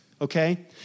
okay